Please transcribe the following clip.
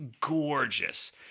gorgeous